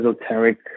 esoteric